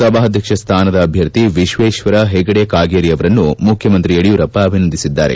ಸಭಾಧ್ಯಕ್ಷ ಸ್ನಾನದ ಅಭ್ಯರ್ಥಿ ವಿಶ್ವೇತ್ವರ ಹೆಗಡೆ ಕಾಗೇರಿಯವರನ್ನು ಮುಖ್ಯಮಂತ್ರಿ ಯಡಿಯೂರಪ್ಪ ಅಭಿನಂದಿಸಿದ್ದಾರೆ